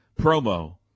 promo